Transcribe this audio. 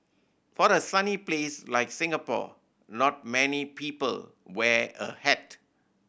for a sunny place like Singapore not many people wear a hat